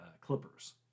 clippers